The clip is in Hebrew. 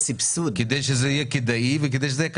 כדי שזה יהיה כדאי וכדי שזה יהיה כלכלי.